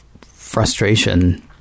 frustration